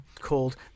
called